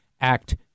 act